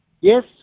Yes